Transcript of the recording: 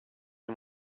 nie